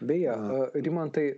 beje rimantai